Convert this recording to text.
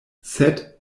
sed